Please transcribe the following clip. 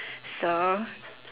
so